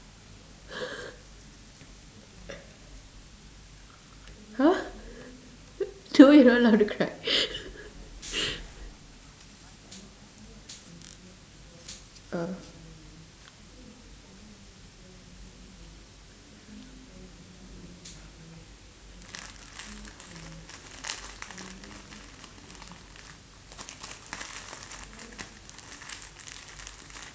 !huh! told you we're not allowed to cry uh